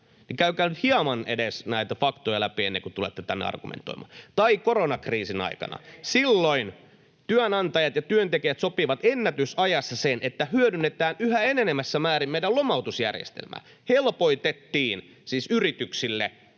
käykää nyt hieman edes näitä faktoja läpi ennen kuin tulette tänne argumentoimaan. Tai koronakriisin aikana työnantajat ja työntekijät sopivat ennätysajassa sen, että hyödynnetään yhä enenevässä määrin meidän lomautusjärjestelmää. Helpotettiin, siis yrityksille,